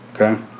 Okay